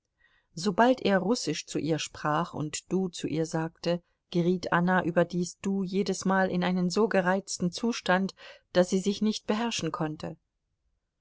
sobald er russisch zu ihr sprach und du zu ihr sagte geriet anna über dieses du jedesmal in einen so gereizten zustand daß sie sich nicht beherrschen konnte